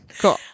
Cool